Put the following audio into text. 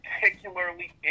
particularly